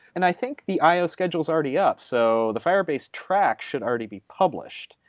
and i think the i o schedule is already up. so the firebase track should already be published,